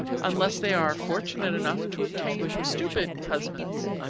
unless they are fortunate enough to obtain stupid husbands.